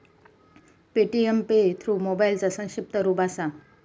Paytm pay through मोबाईलचा संक्षिप्त रूप असा